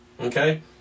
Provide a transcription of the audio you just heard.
okay